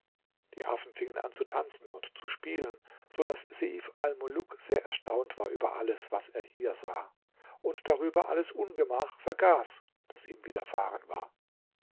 die affen fingen an zu tanzen und zu spielen so daß seif almuluk sehr erstaunt war über alles was er hier sah und darüber alles ungemach vergaß das ihm widerfahren war